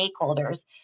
Stakeholders